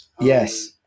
yes